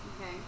Okay